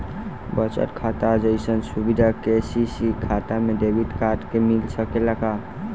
बचत खाता जइसन सुविधा के.सी.सी खाता में डेबिट कार्ड के मिल सकेला का?